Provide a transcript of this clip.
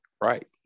right